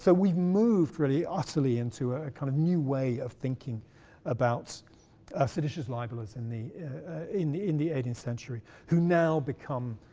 so we've moved really utterly into a kind of new way of thinking about seditious libel as in the in the in the eighteenth century, who now become,